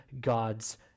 God's